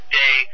day